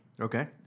Okay